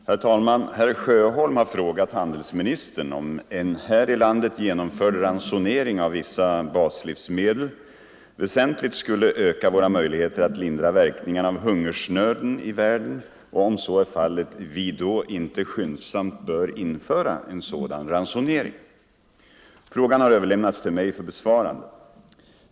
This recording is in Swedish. Herr talman! Herr Sjöholm har frågat handelsministern om en här i landet genomförd ransonering av vissa baslivsmedel väsentligt skulle öka våra möjligheter att lindra verkningarna av hungersnöden i världen och — om så är fallet — om vi då inte skyndsamt bör införa en sådan ransonering. Frågan har överlämnats till mig för besvarande.